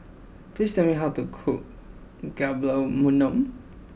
please tell me how to cook Gulab Jamun